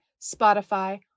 Spotify